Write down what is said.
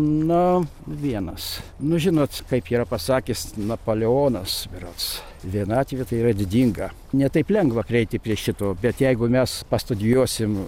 na vienas nu žinot kaip yra pasakęs napoleonas berods vienatvė tai yra didinga ne taip lengva prieiti prie šito bet jeigu mes pastudijuosim